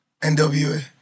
NWA